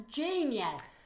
genius